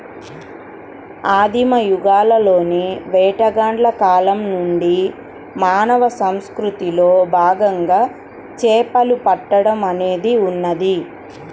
ఆదిమ యుగంలోని వేటగాళ్ల కాలం నుండి మానవ సంస్కృతిలో భాగంగా చేపలు పట్టడం అనేది ఉన్నది